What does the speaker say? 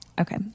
okay